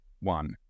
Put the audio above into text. one